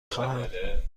خواهم